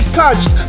touched